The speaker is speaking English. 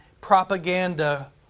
propaganda